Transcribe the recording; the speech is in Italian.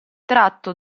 tratto